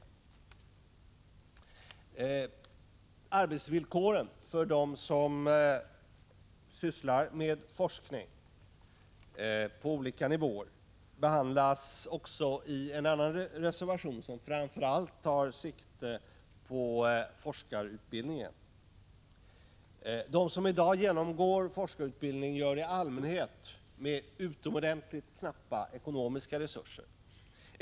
Frågan om arbetsvillkoren för dem som sysslar med forskning på olika nivåer behandlas också i en annan reservation, i vilken vi framför allt tar sikte Prot. 1985/86:158 på forskarutbildningen. De som i dag genomgår forskarutbildning gör det i 2 juni 1986 allmänhet med utomordentligt knappa ekonomiska resurser.